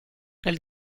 nel